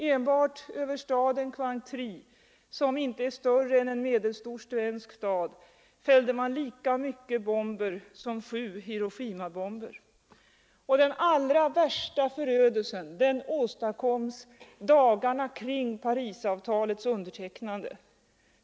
Enbart över staden Quang Tri, som inte är större än en medelstor svensk stad, fälldes bomber som i sprängkraft motsvarar sju Hiroshimabomber. Den värsta förstörelsen åstadkoms dagarna kring Parisavtalets undertecknande.